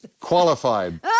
Qualified